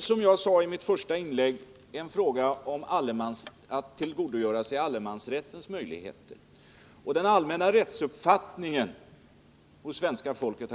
Som jag sade i mitt första inlägg är det här en fråga om att tillgodogöra sig allemansrättens möjligheter. Jag har åberopat den allmänna rättsuppfattningen hos svenska folket.